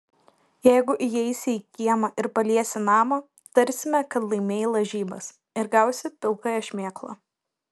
jeigu įeisi į kiemą ir paliesi namą tarsime kad laimėjai lažybas ir gausi pilkąją šmėklą